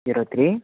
zero three